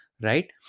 right